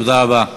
תודה רבה.